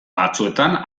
batzuetan